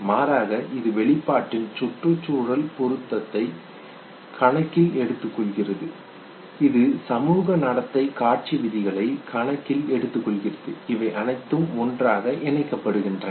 மாறாக இது வெளிப்பாட்டின் சுற்றுச்சூழல் பொருத்தத்தை கணக்கில் எடுத்துக்கொள்கிறது இது சமூக நடத்தை காட்சி விதிகளை கணக்கில் எடுத்துக்கொள்கிறது இவை அனைத்தும் ஒன்றாக இணைக்கப்படுகின்றன